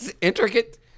intricate